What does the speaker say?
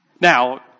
Now